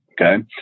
Okay